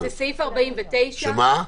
סעיף 49. שמה?